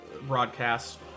broadcasts